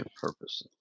purpose